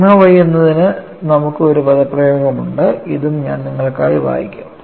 sigma y എന്നതിന് നമുക്ക് ഒരു പദപ്രയോഗമുണ്ട് ഇതും ഞാൻ നിങ്ങൾക്കായി വായിക്കും